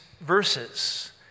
verses